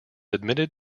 admitted